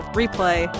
replay